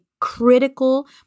critical